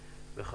א' באב,